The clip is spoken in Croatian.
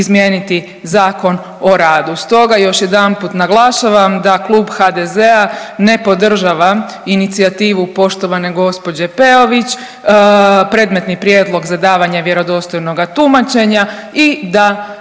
izmijeniti Zakon o radu. Stoga još jedanput naglašavam da Klub HDZ-a ne podržava inicijativu poštovane gospođe Peović, predmetni prijedlog za davanje vjerodostojnoga tumačenja i da